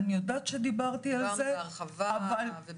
אני יודעת שדיברתי על זה -- דיברת על כך בהרחבה ובעומק,